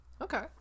Okay